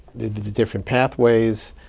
the different pathways.